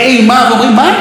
האנשים האלה?